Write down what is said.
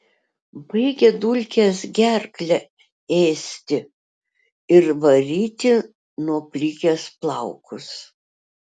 baigia dulkės gerklę ėsti ir varyti nuo plikės plaukus